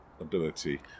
ability